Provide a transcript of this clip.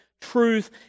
truth